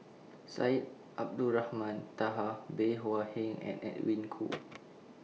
Syed Abdulrahman Taha Bey Hua Heng and Edwin Koo